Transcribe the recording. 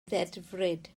ddedfryd